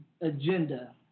agenda